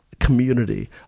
Community